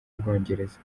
bwongereza